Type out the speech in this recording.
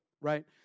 right